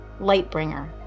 Lightbringer